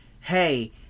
hey